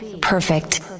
perfect